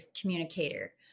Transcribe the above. communicator